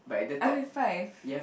I have five